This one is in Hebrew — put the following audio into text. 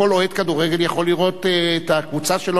כל אוהד כדורגל יכול לראות את הקבוצה שלו